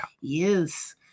yes